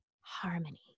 harmony